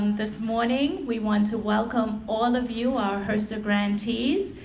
this morning. we want to welcome all of you, our hrsa grantees,